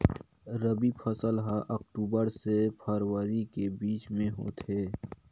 रबी फसल हा अक्टूबर से फ़रवरी के बिच में होथे